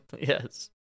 yes